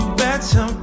better